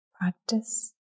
practice